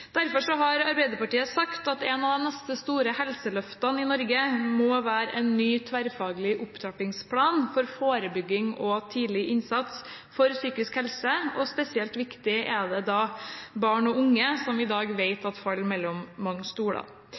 har Arbeiderpartiet sagt at et av de neste store helseløftene i Norge må være en ny tverrfaglig opptrappingsplan for forebygging og tidlig innsats for psykisk helse, og spesielt viktig er da barn og unge, som vi i dag vet faller mellom to stoler.